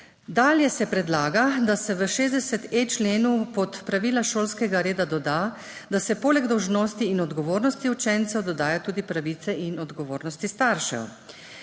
Dalje se predlaga, da se v 60.e členu pod Pravila šolskega reda dodajo poleg dolžnosti in odgovornosti učencev tudi pravice in odgovornosti staršev.